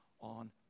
on